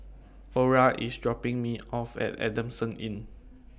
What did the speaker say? Ora IS dropping Me off At Adamson Inn